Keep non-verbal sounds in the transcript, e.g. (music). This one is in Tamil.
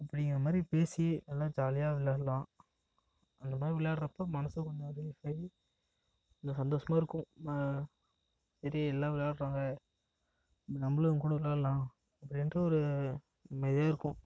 அப்படிங்கிற மாதிரி பேசி நல்லா ஜாலியாக விளாடலாம் அந்த மாதிரி விளாட்றப்போ மனசும் கொஞ்சம் (unintelligible) ஆயி கொஞ்சம் சந்தோசமாக இருக்கும் நம்ம சரி எல்லாம் விளாடுறாங்க நம்பளும் இவங்க கூட விளாடலாம் அப்படின்ற ஒரு நிம்மதியாக இருக்கும்